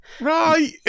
Right